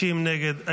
60 נגד.